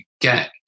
get